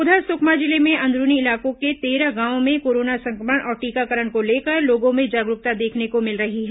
उधर सुकमा जिले में अंदरूनी इलाकों के तेरह गांवों में कोरोना संक्रमण और टीकाकरण को लेकर लोगों में जागरूकता देखने को मिल रही है